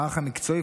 המערך המקצועי,